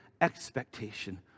expectation